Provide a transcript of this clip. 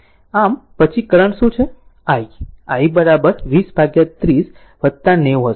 આમ પછી કરંટ શું છે i i 2030 90 હોઈશ